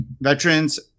veterans